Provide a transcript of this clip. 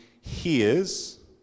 hears